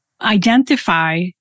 identify